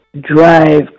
drive